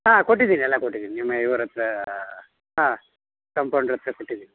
ಹಾಂ ಕೊಟ್ಟಿದ್ದೀನಿ ಎಲ್ಲ ಕೊಟ್ಟಿದ್ದೀನಿ ನಿಮ್ಮ ಇವರ ಹತ್ರಾ ಹಾಂ ಕಂಪೌಂಡ್ರ್ ಹತ್ರ ಕೊಟ್ಟಿದ್ದೀನಿ